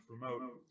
promote